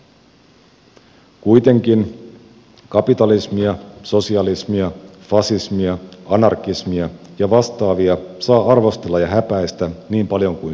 kuitenkin kapitalismia sosialismia fasismia anarkismia ja vastaavia saa arvostella ja häpäistä niin paljon kuin sielu sietää